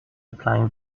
applying